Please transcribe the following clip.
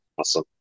Awesome